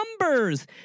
numbers